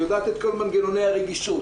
יודעת את כל מנגנוני הרגישות,